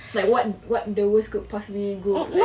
like what what the worst could possibly go like